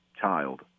child